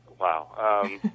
Wow